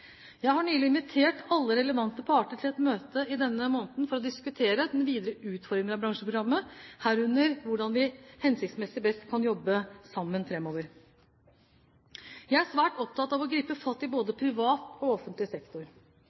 Jeg har nylig invitert alle relevante parter til et møte i denne måneden for å diskutere den videre utformingen av bransjeprogrammet, herunder hvordan vi mest hensiktsmessig kan jobbe sammen framover. Jeg er svært opptatt av å gripe fatt i både privat og offentlig sektor.